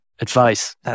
advice